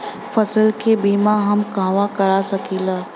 फसल के बिमा हम कहवा करा सकीला?